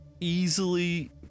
easily